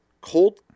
cold –